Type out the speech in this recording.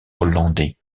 hollandais